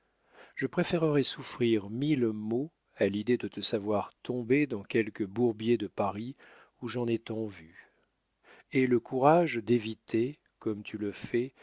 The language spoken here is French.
je préférerais souffrir mille maux à l'idée de te savoir tombé dans quelques bourbiers de paris où j'en ai tant vu aie le courage d'éviter comme tu le fais